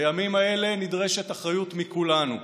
בימים האלה נדרשת אחריות מכולנו.